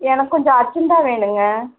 எனக்கு கொஞ்சம் அர்ஜெண்ட்டாக வேணுங்க